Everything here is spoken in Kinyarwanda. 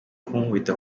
kunkubita